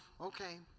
okay